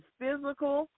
physical